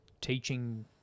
teaching